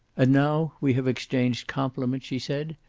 and now we have exchanged compliments, she said,